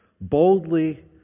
boldly